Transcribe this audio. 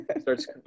Starts